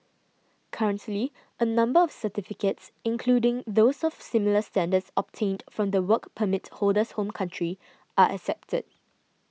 currently a number of certificates including those of similar standards obtained from the Work Permit holder's home country are accepted